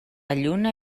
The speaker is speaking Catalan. lluna